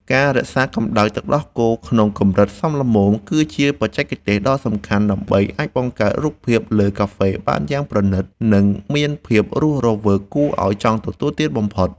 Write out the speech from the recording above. ការរក្សាកម្តៅទឹកដោះគោក្នុងកម្រិតសមល្មម គឺជាបច្ចេកទេសដ៏សំខាន់ដើម្បីអាចបង្កើតរូបភាពលើកាហ្វេបានយ៉ាងប្រណីត និង មានភាពរស់រវើកគួរឱ្យចង់ទទួលទានបំផុត។